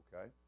okay